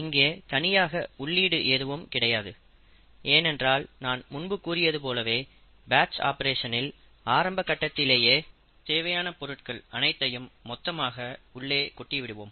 இங்கே தனியாக உள்ளீடு எதுவும் கிடையாது ஏனென்றால் நான் முன்பு கூறியது போலவே பேட்ச் ஆப்பரேஷனில் ஆரம்ப கட்டத்திலேயே தேவையான பொருட்கள் அனைத்தையும் மொத்தமாக உள்ளே கொட்டி விடுவோம்